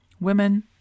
women